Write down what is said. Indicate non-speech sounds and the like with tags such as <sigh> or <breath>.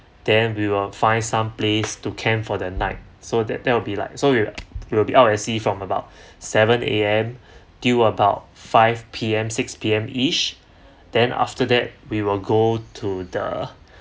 then we will find some place to camp for the night so that that will be like so we will we will be out at sea from about <breath> seven A_M till about five P_M six P_M each then after that we will go to the